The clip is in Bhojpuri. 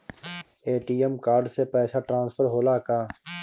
ए.टी.एम कार्ड से पैसा ट्रांसफर होला का?